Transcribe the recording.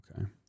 Okay